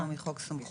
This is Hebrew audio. זה לא מחוק סמכויות.